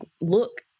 look